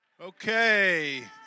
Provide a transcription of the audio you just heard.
Okay